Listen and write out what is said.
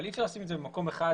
אי אפשר לשים את זה במקום אחד.